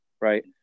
Right